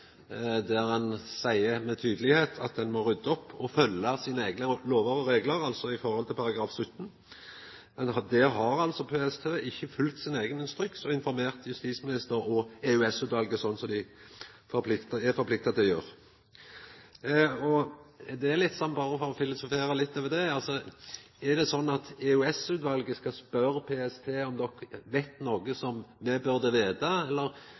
der ein seier tydeleg at ein må rydda opp og følgja sine eigne lover og reglar i forhold til § 17. Der har PST ikkje følgt sin eigen instruks og informert justisministeren og EOS-utvalet, slik dei er forplikta til å gjera. Berre for å filosofera litt over det: Er det sånn at EOS-utvalet skal spørja PST om dei veit noko som me burde